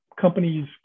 companies